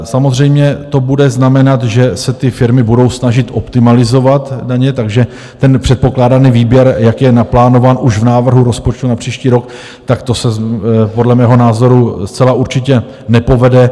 Samozřejmě to bude znamenat, že ty firmy se budou snažit optimalizovat daně, takže předpokládaný výběr tak, jak je naplánován už v návrhu rozpočtu na příští rok, to se podle mého názoru zcela určitě nepovede.